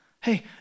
Hey